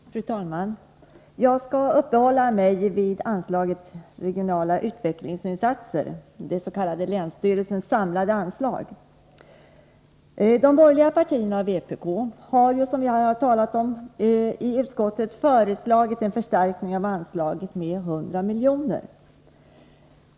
Fru talman! Jag skall uppehålla mig vid anslaget Regionala utvecklingsinsatser, länsstyrelsernas samlade anslag. De borgerliga partierna och vpk har i utskottet föreslagit en förstärkning av anslaget med 100 milj.kr.